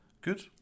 Good